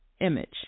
image